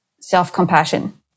self-compassion